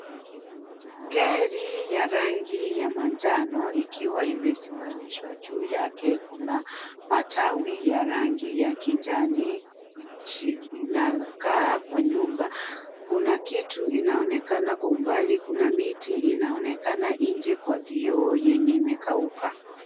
Gari ya rangi ya manjano ikiwa umesimamishwa juu yake kuna matawi ya rangi ya kijani kibichi. Nakaa kwa nyumba kuna kitu ambacho kinaonekana kwa mbali kuna miti inaonekana nje kwa vioo. Yenye imekatika.